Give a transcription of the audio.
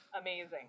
amazing